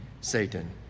Satan